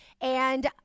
And-